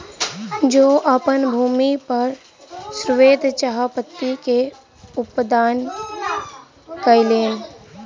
ओ अपन भूमि पर श्वेत चाह पत्ती के उत्पादन कयलैन